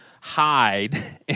hide